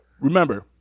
Remember